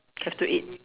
have to eat